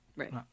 Right